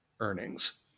earnings